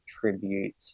tribute